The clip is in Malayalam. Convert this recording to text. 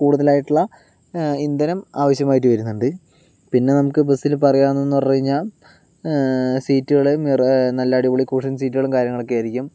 കൂടുതലായിട്ടുള്ള ഇന്ധനം ആവശ്യമായിട്ട് വരുന്നുണ്ട് പിന്നെ നമുക്ക് ബസ്സിൽ പറയാണെന്ന് പറഞ്ഞ് കഴിഞ്ഞാൽ സീറ്റുകൾ മിറ നല്ല അടിപൊളി കുഷ്യൻ സീറ്റുകളും കാര്യങ്ങളൊക്കെ ആയിരിക്കും